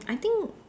I think